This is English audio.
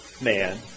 man